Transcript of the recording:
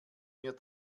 mir